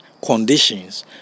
conditions